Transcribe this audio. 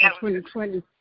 2020